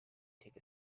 take